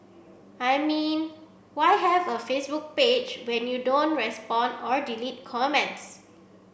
I mean why have a Facebook page when you don't respond or delete comments